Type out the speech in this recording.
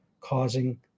causing